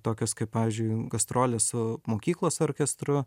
tokios kaip pavyzdžiui gastrolės su mokyklos orkestru